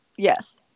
Yes